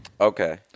Okay